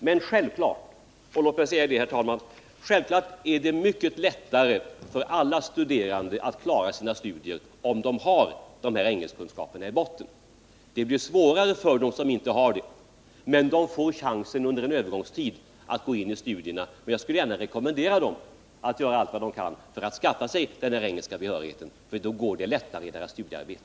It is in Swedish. Men självfallet är det mycket lättare för alla studerande att klara sina studier, om de har engelskkunskaper i botten. Det blir svårare för dem som inte har dessa kunskaper, men de får under en övergångstid chansen att gå in i studierna. Jag skulle emellertid gärna vilja rekommendera dem att göra allt vad de kan för att skaffa sig behörighet i engelska, för då går det lättare i deras studiearbete.